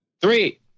three